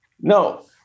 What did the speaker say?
No